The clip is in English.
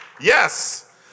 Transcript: Yes